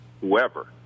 whoever